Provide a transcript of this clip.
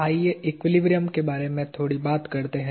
आइए एक्विलिब्रियम के बारे में थोड़ी बात करते हैं